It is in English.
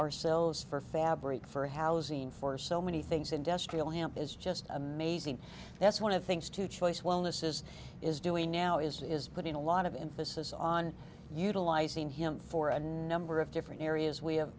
ourselves for fabric for housing for so many things industrial hemp is just amazing that's one of things to choice while mrs is doing now is is putting a lot of emphasis on utilizing him for a number of different areas w